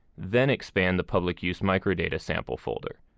then expand the public use microdata sample folder.